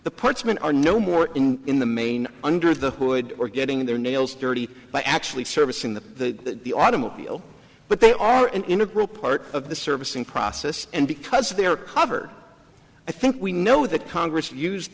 the parts men are no more in in the main under the hood or getting their nails dirty by actually servicing the the automobile but they are an integral part of the servicing process and because they are covered i think we know that congress use